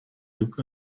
took